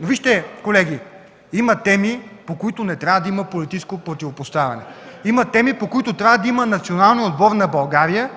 Вижте, колеги, има теми, по които не трябва да има политическо противопоставяне. Има теми, по които трябва да има националния отбор на България